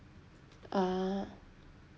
ah